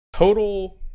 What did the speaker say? Total